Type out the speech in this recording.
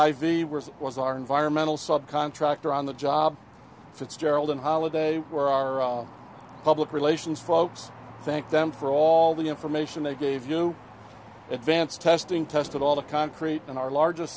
were was our environmental subcontractor on the job fitzgerald and holiday were our public relations folks thank them for all the information they gave you advance testing tested all the concrete and our largest